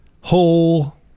whole